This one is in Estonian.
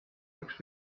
jaoks